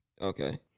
Okay